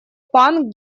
пан